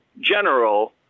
general